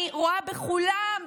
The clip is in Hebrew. אני רואה בכולם,